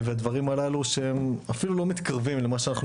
הדברים הללו אפילו לא מתקרבים למה שאנחנו